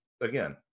Again